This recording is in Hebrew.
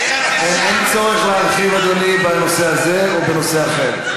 אין צורך להרחיב בנושא הזה או בנושא אחר.